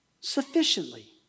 sufficiently